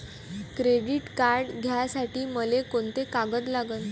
Credit card घ्यासाठी मले कोंते कागद लागन?